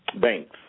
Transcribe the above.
banks